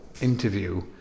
interview